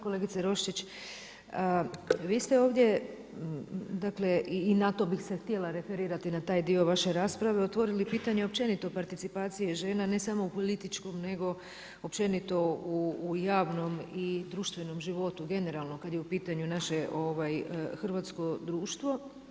Kolegice Roščić, vi ste ovdje dakle i na to bih se htjela referirati, na taj dio vaše rasprave, otvorili pitanje općenito o participaciji žena ne samo u političkom nego općenito u javnom i društvenom životu, generalno kad je u pitanju naše hrvatsko društvo.